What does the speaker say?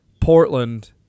Portland